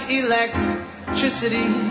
electricity